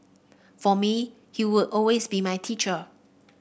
for me he would always be my teacher